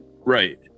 right